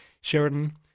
Sheridan